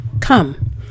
come